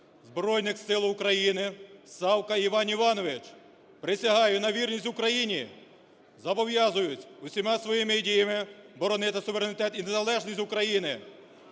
Збройних Сил України, Савка Іван Іванович. Присягаю на вірність Україні. Зобов'язуюсь усіма своїми діями боронити суверенітет і незалежність України,